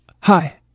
Hi